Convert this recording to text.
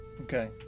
Okay